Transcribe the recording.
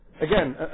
Again